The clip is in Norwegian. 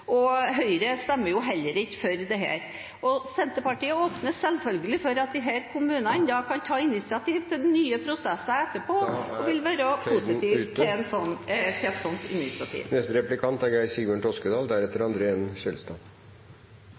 konstruksjon. Høyre stemmer heller ikke for dette. Senterpartiet åpner selvfølgelig for at disse kommunene kan ta initiativ til nye prosesser etterpå, og vil være positive til et slikt initiativ. Jeg tilhører nok dem som er